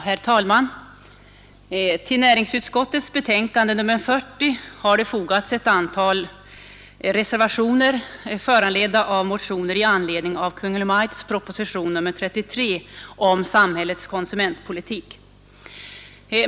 Herr talman! Vid näringsutskottets betänkande nr 40 har det fogats ett antal reservationer, föranledda av motioner i anledning av Kungl. Maj:ts proposition nr 33 om samhällets konsumentpolitik.